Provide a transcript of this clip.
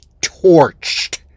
torched